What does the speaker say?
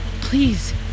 Please